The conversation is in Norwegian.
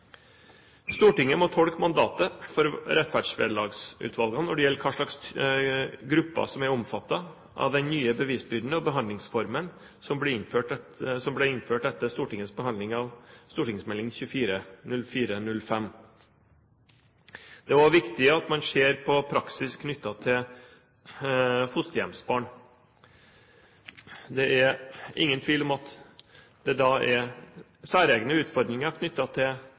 Stortinget må tolke mandatet for rettferdsvederlagsutvalgene når det gjelder hva slags grupper som er omfattet av den nye bevisbyrden, og behandlingsformen som ble innført etter Stortingets behandling av St.meld. nr. 24 for 2004–2005. Det er også viktig at man ser på praksis knyttet til fosterhjemsbarn. Det er ingen tvil om at det da er særegne utfordringer